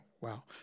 wow